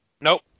Nope